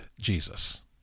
Jesus